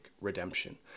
redemption